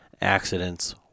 accidents